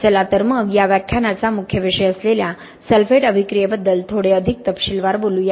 चला तर मग या व्याख्यानाचा मुख्य विषय असलेल्या सल्फेट अभिक्रिये बद्दल थोडे अधिक तपशीलवार बोलूया